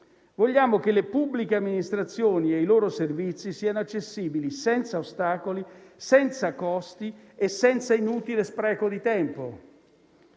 Vogliamo che le pubbliche amministrazioni e i loro servizi siano accessibili senza ostacoli, senza costi e senza inutile spreco di tempo.